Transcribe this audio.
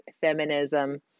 feminism